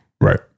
Right